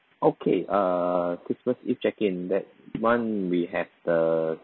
okay uh christmas eve check-in that [one] we have the